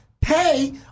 pay